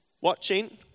watching